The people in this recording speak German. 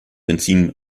benzin